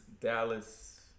Dallas